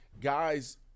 guys –